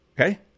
Okay